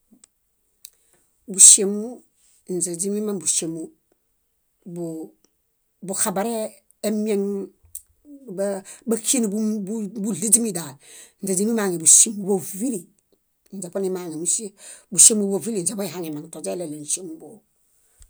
Búŝiemu, ínźe źimimaŋ búŝiemu bu- buxabareemieŋ bá- báxienebuɭiźimi dal. Źimimaŋe búŝiemubovili. Ínźe bonimaŋe mósie búŝiemubovili inźe boehaŋemaŋ toźeɭeɭew níŝimuboo.